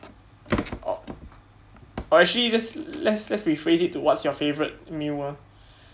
oh but actually let's let's let's rephrase it to what's your favourite meal ah